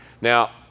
Now